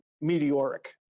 meteoric